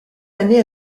années